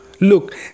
look